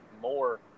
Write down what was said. more